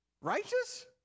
Righteous